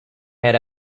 had